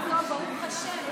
הכול טוב, ברוך השם.